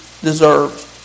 deserves